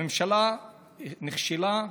הממשלה נכשלה,